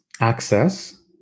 access